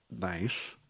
Nice